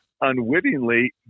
unwittingly